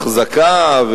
אחזקה,